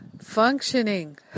functioning